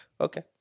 okay